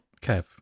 Kev